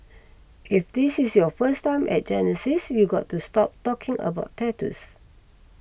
if this is your first time at Genesis you've got to stop talking about tattoos